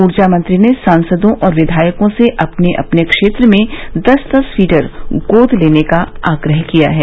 ऊर्जा मंत्री ने सांसदों और विधायकों से अपने अपने क्षेत्र में दस दस फीडर गोद लेने का आग्रह किया है